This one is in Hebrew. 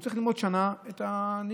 הוא צריך ללמוד שנה את הנהיגה,